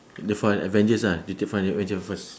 take from avengers ah you take from avengers first